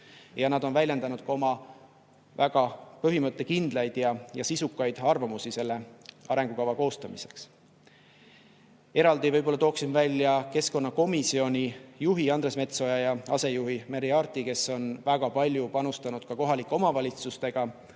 Nad on väljendanud ka oma väga põhimõttekindlaid ja sisukaid arvamusi selle arengukava koostamises. Eraldi võib-olla tooksin välja keskkonnakomisjoni juhi Andres Metsoja ja asejuhi Merry Aarti, kes on väga palju panustanud kohalike omavalitsustega